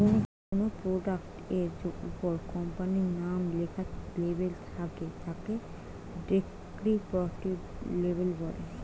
কোনো প্রোডাক্ট এর উপর কোম্পানির নাম লেখা লেবেল থাকে তাকে ডেস্ক্রিপটিভ লেবেল বলে